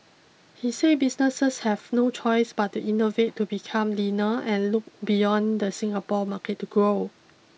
he said businesses have no choice but to innovate to become leaner and look beyond the Singapore market to grow